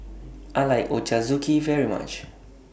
I like Ochazuke very much